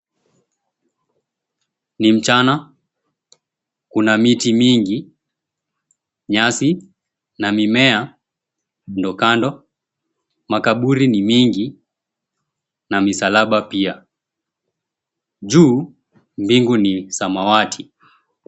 Ni mchana, kuna miti mingi, nyasi na mimea kando kando. Makaburi ni mingi na misalaba pia. Juu mbingu ni samawati.